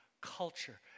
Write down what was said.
culture